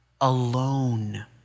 alone